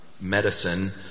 medicine